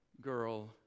girl